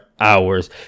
hours